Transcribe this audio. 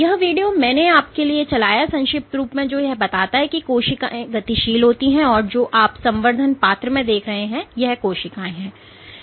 यह वीडियो मैंने आपके लिए चलाया है संक्षिप्त रूप में जो यह बताता है कि कोशिकाएं गतिशील होती है और यह जो आप संवर्धन पात्र में देख रहे हैं यह कोशिकाएं हैं